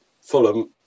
Fulham